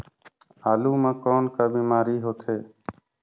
आलू म कौन का बीमारी होथे?